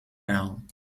down